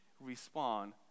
respond